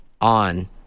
on